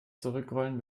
zurückrollen